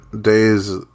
days